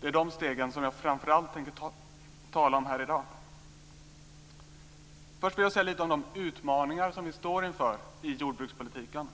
Det är dessa steg som jag framför allt tänker tala om i dag. Först vill jag säga något om de utmaningar som vi står inför i jordbrukspolitiken.